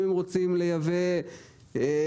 אם הם רוצים לייבא רצועה,